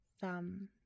thumb